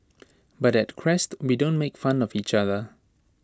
but at Crest we don't make fun of each other